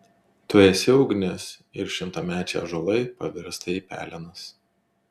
tu esi ugnis ir šimtamečiai ąžuolai pavirsta į pelenus